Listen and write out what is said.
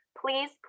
Please